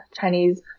Chinese